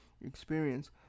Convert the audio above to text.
experience